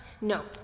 No